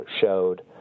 showed